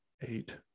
eight